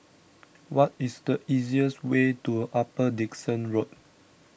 what is the easiest way to Upper Dickson Road